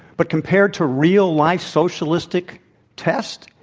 but compared to real life socialistic tests,